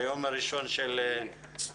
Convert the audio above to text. ביום הראשון ללימודים.